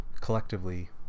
collectively